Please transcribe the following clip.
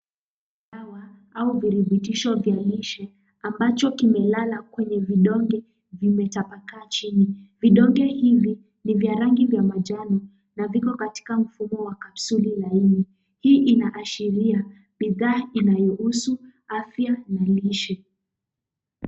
Kahawa, au virutubisho vya lishe, ambavyo kimelala kwenye vidonge, vimetapakaa chini, vidonge hivi, ni vya rangi, vya majani, na viko katika mfumo wa kapsuli laini, hii inaashiria, bidhaa inayohusu afya, na lishe.